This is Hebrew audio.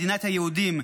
מדינת היהודים,